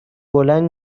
بلند